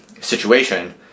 situation